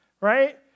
Right